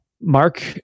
Mark